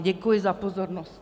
Děkuji za pozornost.